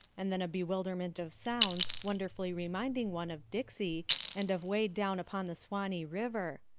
and then a bewilderment of sounds, wonderfully reminding one of dixie and of way down upon the suwanee river,